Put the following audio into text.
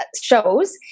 shows